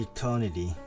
Eternity